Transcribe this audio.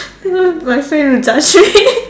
ya my friend will judge me